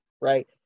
right